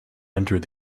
entered